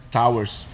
towers